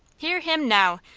hear him now,